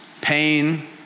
pain